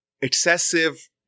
excessive